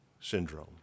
syndrome